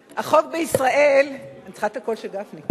החוק בישראל, אני צריכה את הקול של גפני,